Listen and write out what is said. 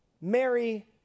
Mary